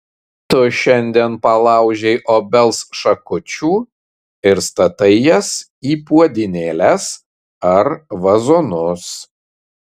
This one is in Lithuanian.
tu šiandien palaužei obels šakučių ir statai jas į puodynėles ar vazonus